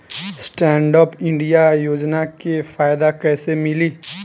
Stand up India योजना के फायदा कैसे मिली?